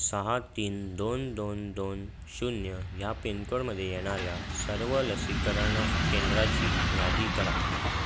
सहा तीन दोन दोन दोन शून्य ह्या पिनकोडमध्ये येणाऱ्या सर्व लसीकरण केंद्राची यादी करा